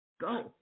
Go